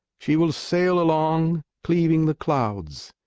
she will sail along, cleaving the clouds.